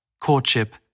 courtship